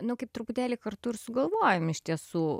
nu kaip truputėlį kartu ir sugalvojom iš tiesų